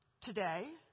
today